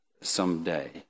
someday